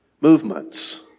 movements